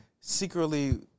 secretly